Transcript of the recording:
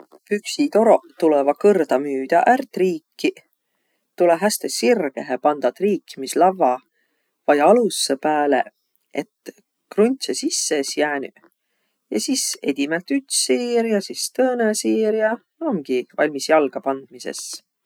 Püksitoroq tulõvaq kõrdamüüdä ärq triikiq. Tulõ häste sirgehe pandaq triikmislavva vai alussõ pääle, et kruntsõ sisse es jäänüq. Ja sis edimält üts siir ja sis tõõnõ siir ja. Omgiq valmis jalgapandmisõs.